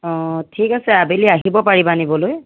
অঁ ঠিক আছে আবেলি আহিব পাৰিবা নিবলৈ